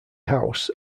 house